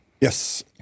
Yes